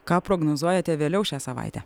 ką prognozuojate vėliau šią savaitę